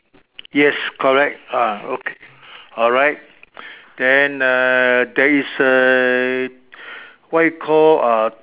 yes correct ah okay alright then uh there is a what you call uh